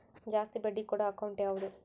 ಜಾಸ್ತಿ ಬಡ್ಡಿ ಕೊಡೋ ಅಕೌಂಟ್ ಯಾವುದು?